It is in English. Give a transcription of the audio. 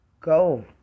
Go